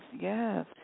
yes